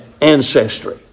ancestry